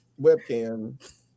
webcam